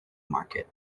market